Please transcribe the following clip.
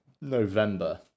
November